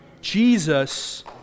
Jesus